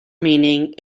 meaning